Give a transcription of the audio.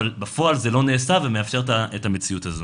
אבל בפועל זה לא נעשה ומאפשר את המציאות הזו.